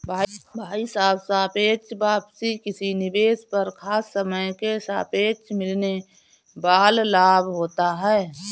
भाई साहब सापेक्ष वापसी किसी निवेश पर खास समय के सापेक्ष मिलने वाल लाभ होता है